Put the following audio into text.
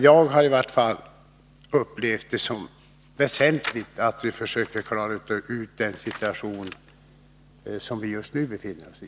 Jag har i varje fall upplevt det som väsentligt att vi försöker klara ut den situation som vi just nu befinner oss i.